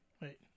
Wait